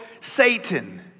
Satan